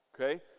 Okay